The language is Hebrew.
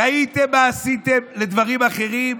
ראיתם מה עשיתם לדברים אחרים?